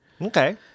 Okay